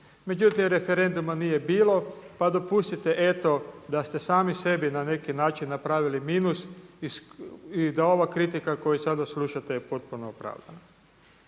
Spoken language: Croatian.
Međutim, referenduma nije bilo, pa dopustite eto da ste sami sebi na neki način napravili minus i da ova kritika koju sada slušate je potpuno opravdana.